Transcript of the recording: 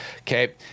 Okay